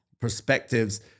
perspectives